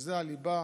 שזה הליבה,